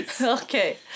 Okay